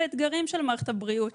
נגעתם גם באתגרים של מערכת הבריאות,